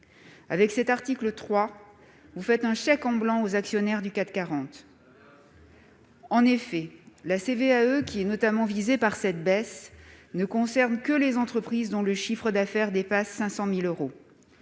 Avec cet article 3, vous faites un chèque en blanc aux actionnaires du CAC 40. Bah voyons ! En effet, la CVAE, qui est notamment visée par cette baisse, concerne les seules entreprises dont le chiffre d'affaires dépasse 500 000 euros.